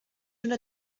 una